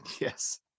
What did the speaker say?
Yes